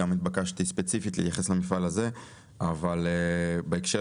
התבקשתי להתייחס גם למפעל הזה ספציפית אבל בהקשר